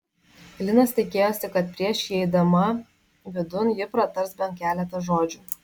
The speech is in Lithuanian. linas tikėjosi kad prieš įeidama vidun ji pratars bent keletą žodžių